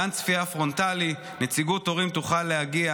גן צפייה פרונטלי שבו נציגות הורים תוכל להגיע